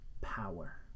power